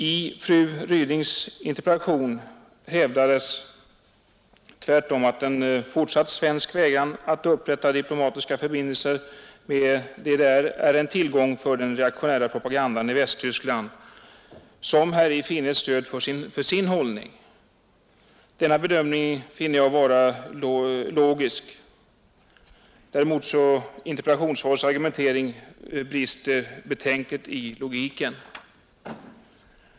I fru Rydings interpellation hävdades tvärtom att en fortsatt svensk vägran att upprätta diplomatiska förbindelser med DDR är en tillgång för den reaktionära propagandan i Västtyskland, som häri ser ett stöd för sin hållning. Denna bedömning finner jag vara logisk — medan interpellationssvarets argumentering betänkligt brister i logik.